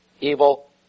evil